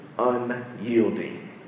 unyielding